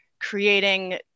creating